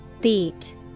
Beat